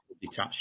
detached